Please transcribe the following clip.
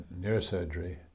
neurosurgery